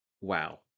wow